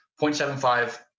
0.75